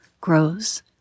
grows